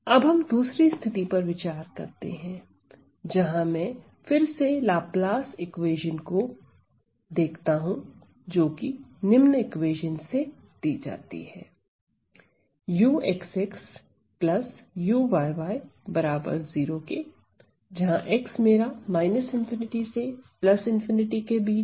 अब हम दूसरी स्थिति पर विचार करते हैं जहां में फिर से लाप्लास इक्वेशन को देखते हैं जोकि निम्न इक्वेशन से दी जाती है यह दो डायमेंशन में लाप्लास इक्वेशन है